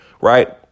right